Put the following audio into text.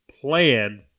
plan